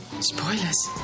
Spoilers